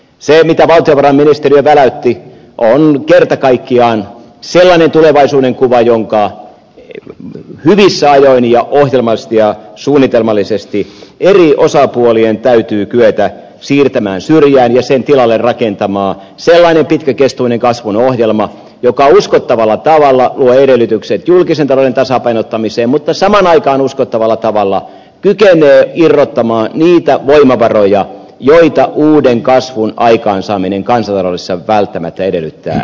se mitä valtiovarainministeriö väläytti on kerta kaikkiaan sellainen tulevaisuudenkuva joka hyvissä ajoin ja ohjelmallisesti ja suunnitelmallisesti eri osapuolien täytyy kyetä siirtämään syrjään ja sen tilalle rakentaa sellainen pitkäkestoinen kasvun ohjelma joka uskottavalla tavalla luo edellytykset julkisen talouden tasapainottamiseen mutta samaan aikaan uskottavalla tavalla kykenee irrottamaan niitä voimavaroja joita uuden kasvun aikaansaaminen kansantaloudessa välttämättä edellyttää